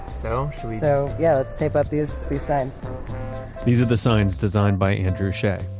so, should we so, yeah. let's tape up these these signs these are the signs designed by andrew shea.